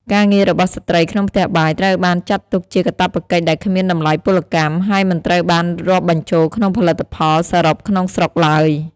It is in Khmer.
ការងាររបស់ស្ត្រីក្នុងផ្ទះបាយ ត្រូវបានចាត់ទុកជាកាតព្វកិច្ចដែលគ្មានតម្លៃពលកម្ម ហើយមិនត្រូវបានរាប់បញ្ចូលក្នុងផលិតផលសរុបក្នុងស្រុកឡើយ។